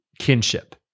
kinship